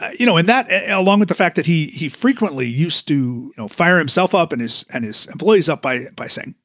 you know and that along with the fact that he he frequently used to fire himself up in his and his boys up by by saying,